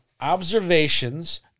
Observations